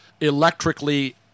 electrically